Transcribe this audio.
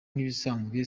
nk’ibisanzwe